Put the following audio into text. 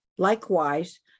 Likewise